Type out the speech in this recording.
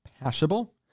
passable